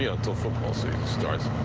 yeah until football season starts.